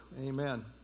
Amen